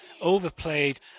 overplayed